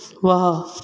वाह